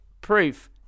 proof